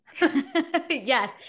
Yes